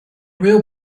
real